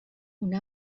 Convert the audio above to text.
una